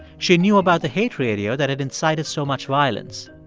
she knew about the hate radio that had incited so much violence.